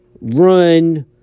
run